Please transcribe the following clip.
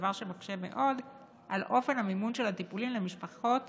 דבר שמקשה מאוד על אופן המימון של הטיפולים למשפחות